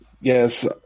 yes